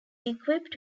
equipped